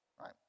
right